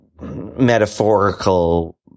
metaphorical